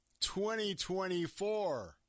2024